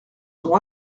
ont